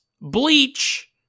bleach